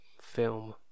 film